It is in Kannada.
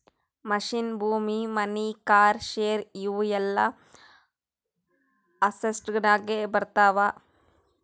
ಮಷಿನ್, ಭೂಮಿ, ಮನಿ, ಕಾರ್, ಶೇರ್ ಇವು ಎಲ್ಲಾ ಅಸೆಟ್ಸನಾಗೆ ಬರ್ತಾವ